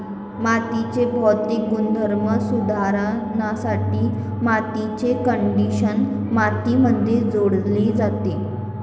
मातीचे भौतिक गुणधर्म सुधारण्यासाठी मातीचे कंडिशनर मातीमध्ये जोडले जाते